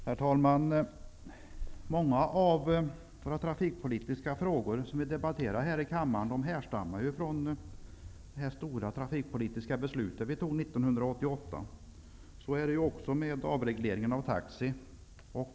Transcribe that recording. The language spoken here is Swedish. Herr talman! Många av de trafikpolitiska frågor som vi debatterar här i kammaren härrör från det stora trafikpolitiska beslut som riksdagen fattade 1988. Så är också fallet med avregleringen av taxi.